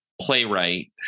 playwright